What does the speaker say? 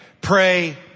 Pray